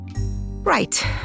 Right